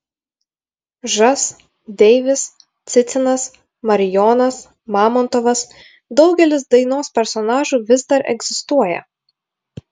žas deivis cicinas marijonas mamontovas daugelis dainos personažų vis dar egzistuoja